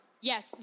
Yes